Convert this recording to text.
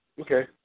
Okay